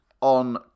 on